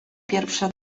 pierwsza